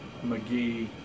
McGee